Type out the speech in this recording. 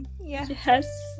Yes